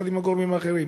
יחד עם הגורמים האחרים.